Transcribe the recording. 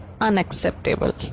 unacceptable